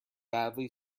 badly